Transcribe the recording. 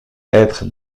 être